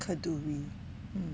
kadoori um